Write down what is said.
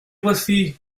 voici